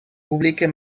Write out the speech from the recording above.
publica